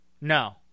No